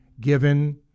given